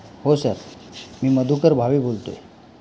हो सर मी मधुकर भावे बोलत आहे